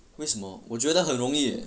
为什么我觉得很容易 leh